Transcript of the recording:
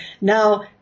Now